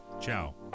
ciao